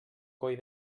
coll